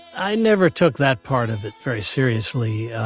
i never took that part of it very seriously,